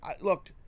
Look